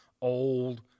old